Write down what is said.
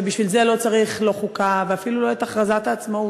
ובשביל זה לא צריך לא חוקה ואפילו לא את הכרזת העצמאות.